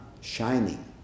shining